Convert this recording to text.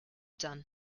done